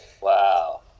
wow